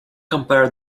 compare